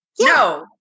No